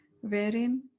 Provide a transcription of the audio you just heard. wherein